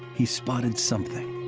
he spotted something